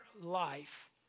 life